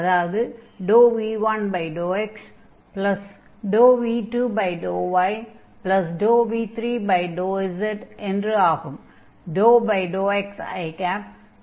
அதாவது v1∂xv2∂yv3∂z என்று ஆகும்